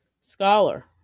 scholar